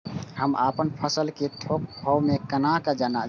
हम अपन फसल कै थौक भाव केना जानब?